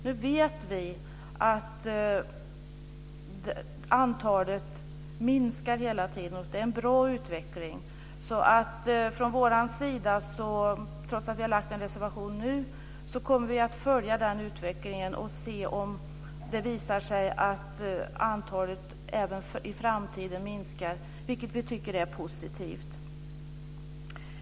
Nu vet vi att antalet minskar hela tiden, och det är en bra utveckling. Från vår sida kommer vi, trots att vi har lagt fram en reservation, att följa den utvecklingen och se om det visar sig att antalet även i framtiden minskar. Det tycker vi är positivt.